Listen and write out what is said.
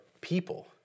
people